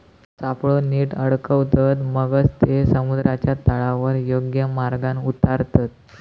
सापळो नीट अडकवतत, मगच ते समुद्राच्या तळावर योग्य मार्गान उतारतत